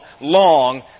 long